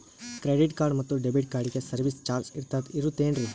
Credit card ಮತ್ತು debit ಕಾರ್ಡಗಳಿಗೆ service charge ಇರುತೇನ್ರಿ?